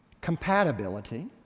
compatibility